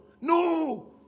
no